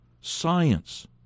science